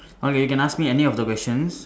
okay you can ask me any of the questions